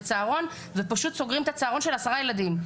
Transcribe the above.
זה צהרון ופשוט סוגרים את הצהרון של 10 ילדים.